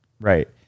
Right